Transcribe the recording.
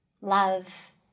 love